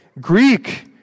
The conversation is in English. Greek